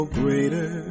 greater